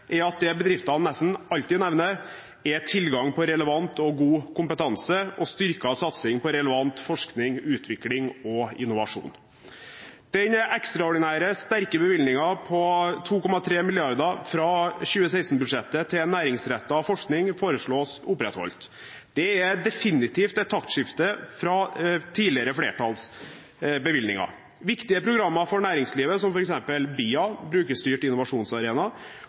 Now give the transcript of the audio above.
er at det bedriftene nesten alltid nevner, er tilgang på relevant og god kompetanse og styrket satsing på relevant forskning, utvikling og innovasjon. Den ekstraordinære, sterke bevilgningen på 2,3 mrd. kr fra 2016-budsjettet til næringsrettet forskning foreslås opprettholdt. Det er definitivt et taktskifte fra tidligere flertalls bevilgninger. Viktige programmer for næringslivet, som f.eks. BIA – Brukerstyrt innovasjonsarena